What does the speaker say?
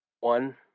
One